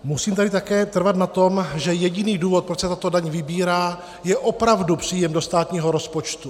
Musím tady také trvat na tom, že jediný důvod, proč se tato daň vybírá, je příjem do státního rozpočtu.